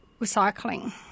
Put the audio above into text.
recycling